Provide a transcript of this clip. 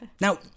Now